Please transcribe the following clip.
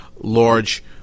large